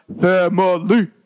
family